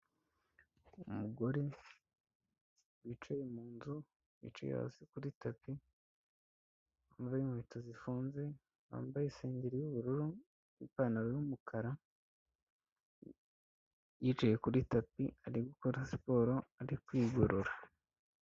Umugore wicaye mu nzu, wicaye hasi kuri tapi. Wambaye inkweto zifunze, wambaye isengeri y'ubururu n'ipantaro y'umukara. Yicaye kuri tapi ari gukora siporo ari kwigorora.